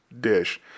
dish